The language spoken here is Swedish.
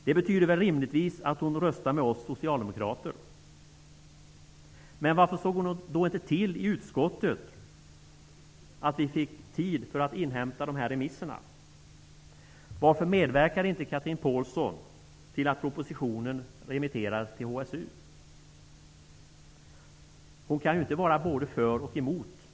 Det betyder väl rimligtvis att hon röstar med oss socialdemokrater. Men varför såg hon då inte till att utskottet fick tid på sig att inhämta remisser? Varför medverkade inte Chatrine Pålsson till att propositionen remitterades till HSU? Hon kan ju inte både vara för och emot förslaget.